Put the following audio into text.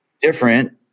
different